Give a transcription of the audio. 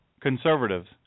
conservatives